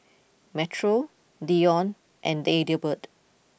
Metro Deion and Adelbert